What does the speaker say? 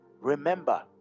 Remember